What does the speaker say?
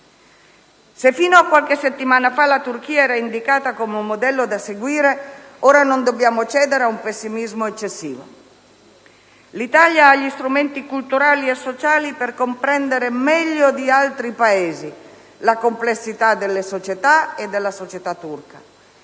Se fino a qualche settimana fa la Turchia era indicata come un modello da seguire, ora non dobbiamo cedere a un pessimismo eccessivo. L'Italia ha gli strumenti culturali e sociali per comprendere meglio di altri Paesi la complessità delle società, e della società turca,